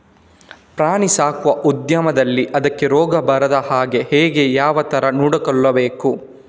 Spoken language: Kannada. ಪ್ರಾಣಿ ಸಾಕುವ ಉದ್ಯಮದಲ್ಲಿ ಅದಕ್ಕೆ ರೋಗ ಬಾರದ ಹಾಗೆ ಹೇಗೆ ಯಾವ ತರ ನೋಡಿಕೊಳ್ಳಬೇಕು?